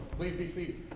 please be seated.